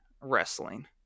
wrestling